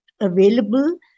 available